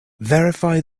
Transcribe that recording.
verify